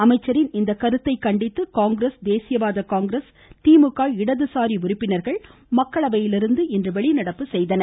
அமைச்சரின் இந்த கருத்தைக் கண்டித்து காங்கிரஸ் தேசிய வாத காங்கிரஸ் திமுக இடதுசாரி உறுப்பினர்கள் மக்களவையிலிருந்து இன்று வெளிநடப்பு செய்தனர்